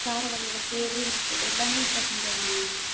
காரவகையில் sev mixture எல்லாமே இப்போ செஞ்சது தாங்க